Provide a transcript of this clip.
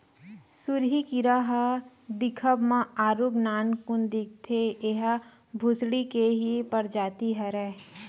सुरही कीरा ह दिखब म आरुग नानकुन दिखथे, ऐहा भूसड़ी के ही परजाति हरय